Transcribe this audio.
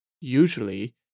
usually